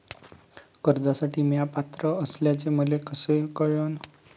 कर्जसाठी म्या पात्र असल्याचे मले कस कळन?